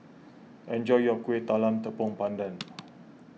enjoy your Kueh Talam Tepong Pandan